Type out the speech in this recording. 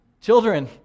Children